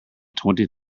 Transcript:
twenty